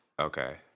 Okay